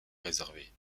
réservé